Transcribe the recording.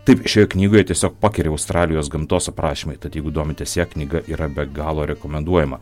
taip šioje knygoje tiesiog pakeri australijos gamtos aprašymai tad jeigu domitės ja knyga yra be galo rekomenduojama